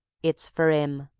it's for im,